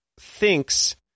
thinks